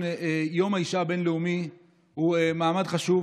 יום האישה הבין-לאומי הוא מעמד חשוב,